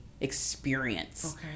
experience